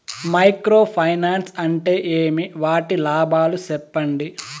Micro finance అంటే ఏమి? వాటి లాభాలు సెప్పండి?